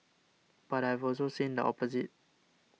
but I've also seen the opposite